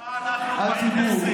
אנחנו בכנסת.